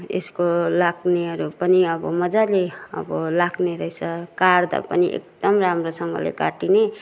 यसको लाग्नेहरू पनि अब मजाले अब लाग्ने रहेछ काड्दा पनि एकदम राम्रोसँगले काटिने